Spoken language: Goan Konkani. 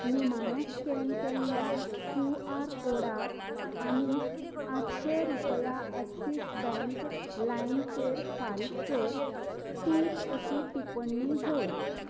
निमाण्या स्कॅन केल्ल्या क्यू आर कोडाक आनीक आठशे रुपया ॲक्सीस बँक लाइमचेर फारीक कर टीप अशी टिपण्णी जोड